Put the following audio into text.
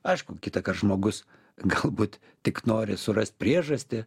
aišku kitąkart žmogus galbūt tik nori surast priežastį